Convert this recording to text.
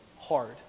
hard